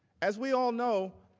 as we all know,